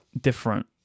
different